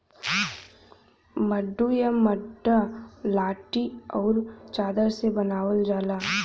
मड्डू या मड्डा लाठी आउर चादर से बनावल जाला